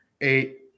eight